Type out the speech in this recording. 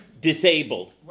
disabled